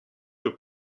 für